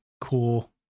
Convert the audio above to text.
cool